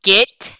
Get